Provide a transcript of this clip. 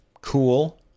Cool